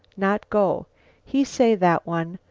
not go he say, that one,